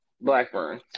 Blackburn